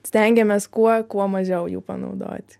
stengiamės kuo kuo mažiau jų panaudoti